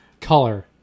Color